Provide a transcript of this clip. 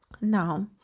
Now